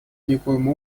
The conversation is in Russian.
никоим